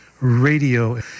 Radio